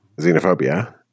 xenophobia